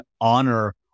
honor